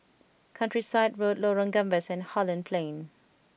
Countryside Road Lorong Gambas and Holland Plain